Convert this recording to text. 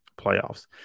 playoffs